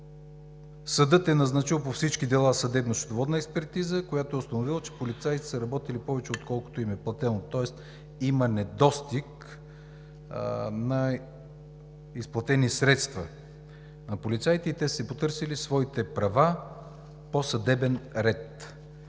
съдът е назначил по всички дела съдебно-счетоводна експертиза, която е установила, че полицаите са работили повече, отколкото им е платено, тоест има недостиг на изплатени средства на полицаите и те са си потърсили своите права по съдебен ред.